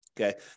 Okay